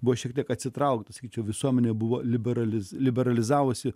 buvo šiek tiek atsitraukti sakyčiau visuomenė buvo liberali liberalizavusi